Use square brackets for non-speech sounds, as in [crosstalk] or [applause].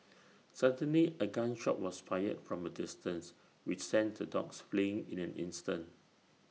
[noise] suddenly A gun shot was fired from A distance which sent the dogs fleeing in an instant